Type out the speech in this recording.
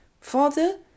Father